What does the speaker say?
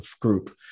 group